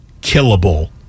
killable